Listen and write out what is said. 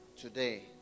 today